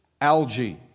algae